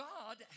God